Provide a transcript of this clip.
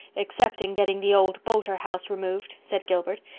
except in getting the old boulter house removed, said gilbert,